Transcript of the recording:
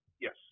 Yes